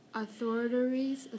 authorities